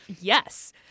Yes